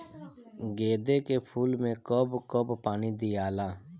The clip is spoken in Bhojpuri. गेंदे के फूल मे कब कब पानी दियाला?